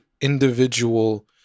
individual